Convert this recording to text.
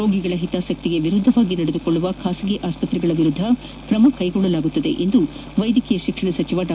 ರೋಗಿಗಳ ಹಿತಾಸಕ್ತಿಗೆ ವಿರುದ್ದವಾಗಿ ನಡೆದುಕೊಳ್ಳುವ ಬಾಸಗಿ ಆಸ್ಪತ್ರೆಗಳ ವಿರುದ್ದ ಕ್ರಮ ಕೈಗೊಳ್ಳಲಾಗುವುದೆಂದು ವೈದ್ಯಕೀಯ ಶಿಕ್ಷಣ ಸಚಿವ ಡಾ